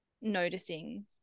noticing